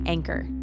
Anchor